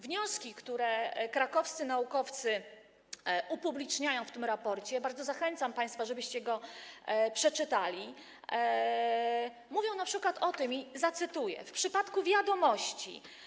Wnioski, które krakowscy naukowcy upubliczniają w tym raporcie - bardzo państwa zachęcam, żebyście go przeczytali - mówią np. o tym, zacytuję, że w przypadku „Wiadomości”